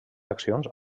accions